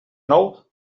nou